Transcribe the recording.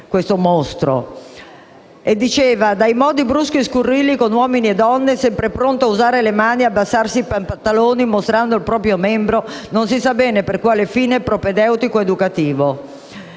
questo mostro: «Dai modi bruschi e scurrili, con uomini e donne, sempre pronto a usare le mani e abbassarsi i pantaloni mostrando il proprio membro, non si sa bene per quale fine propedeutico o educativo».